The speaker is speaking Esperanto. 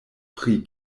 pri